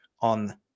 on